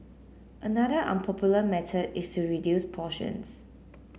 another unpopular method is to reduce portions